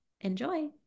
Enjoy